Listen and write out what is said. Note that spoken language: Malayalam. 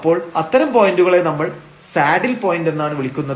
അപ്പോൾ അത്തരം പോയന്റുകളെ നമ്മൾ സാഡിൽ പോയിന്റ് എന്നാണ് വിളിക്കുന്നത്